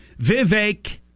Vivek